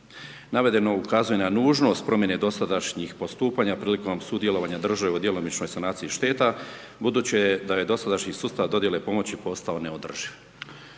Navedeno ukazuje na nužnost promjene dosadašnjih postupanja prilikom sudjelovanja države u djelomičnoj sanaciji šteta budući da je dosadašnji sustav dodijele pomoći postao neodrživ.